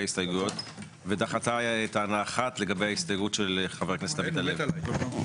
הסתייגויות ודחתה טענה אחת לגבי ההסתייגות של חבר הכנסת עמית הלוי.